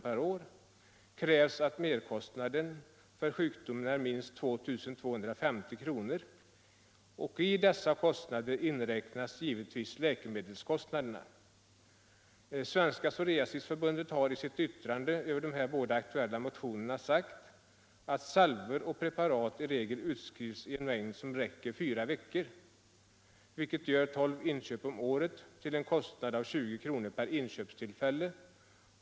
per år, krävs att merkostnaderna för sjukdomen är minst 2 250 kr. I dessa kostnader inräknas givetvis läkemedelskostnaderna. Svenska psoriasisförbundet har i sitt yttrande över de här båda aktuella motionerna sagt att salvor och preparat i regel utskrivs i en mängd som räcker fyra veckor, vilket gör tolv inköp om året till en kostnad av 20 kr. per inköpstillfälle.